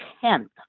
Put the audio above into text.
tenth